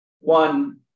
One